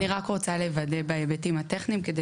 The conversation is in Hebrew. אני רק רוצה לוודא בהיבטים הטכניים כדי